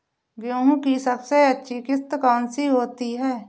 गेहूँ की सबसे अच्छी किश्त कौन सी होती है?